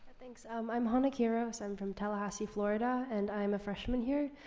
thanks. um i'm hana kiros. i'm from tallahassee, florida, and i'm a freshman here.